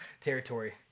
territory